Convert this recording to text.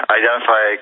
identify